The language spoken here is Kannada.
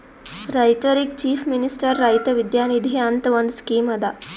ರೈತರಿಗ್ ಚೀಫ್ ಮಿನಿಸ್ಟರ್ ರೈತ ವಿದ್ಯಾ ನಿಧಿ ಅಂತ್ ಒಂದ್ ಸ್ಕೀಮ್ ಅದಾ